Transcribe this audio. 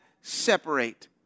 separate